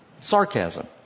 sarcasm